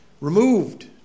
Removed